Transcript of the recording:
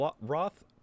Roth